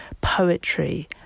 poetry